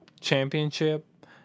Championship